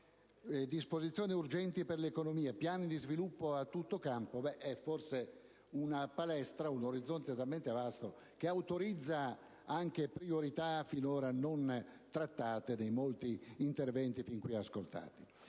disposizioni urgenti per l'economia e di piani di sviluppo a tutto campo, forse è un orizzonte talmente vasto che autorizza anche priorità finora non trattate dai molti interventi fin qui ascoltati.